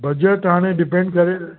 budget हाणे depend करे